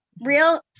Real